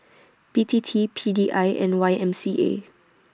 B T T P D I and Y M C A